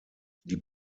die